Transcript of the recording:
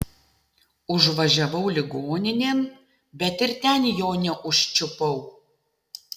užvažiavau ligoninėn bet ir ten jo neužčiupau